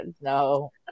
No